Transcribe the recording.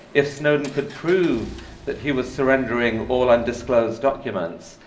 if snowden could prove that he was surrendering all undisclosed documents,